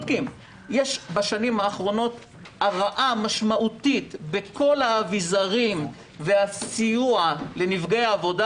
יש בשנים האחרונות הרעה משמעותית בכל האביזרים והסיוע לנפגעי עבודה